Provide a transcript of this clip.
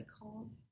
called